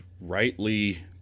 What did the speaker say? rightly